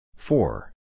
Four